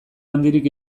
handirik